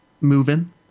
moving